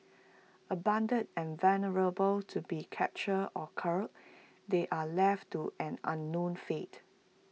abandoned and vulnerable to being captured or culled they are left to an unknown fate